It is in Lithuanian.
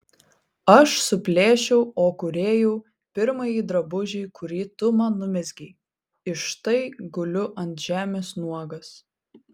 aš suplėšiau o kūrėjau pirmąjį drabužį kurį tu man numezgei iš štai guliu ant žemės nuogas